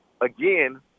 Again